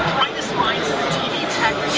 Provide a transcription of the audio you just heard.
brightest minds in the tv tech